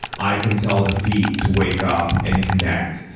i can tell the feet to wake up and connect.